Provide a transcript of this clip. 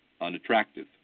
unattractive